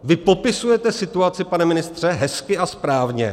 Vy popisujete situaci, pane ministře, hezky a správně.